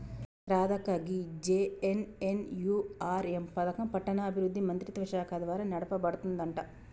రాధక్క గీ జె.ఎన్.ఎన్.యు.ఆర్.ఎం పథకం పట్టణాభివృద్ధి మంత్రిత్వ శాఖ ద్వారా నడపబడుతుందంట